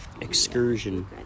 Excursion